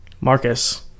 Marcus